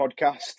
podcast